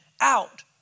out